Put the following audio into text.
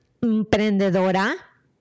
emprendedora